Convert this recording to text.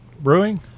brewing